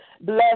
Bless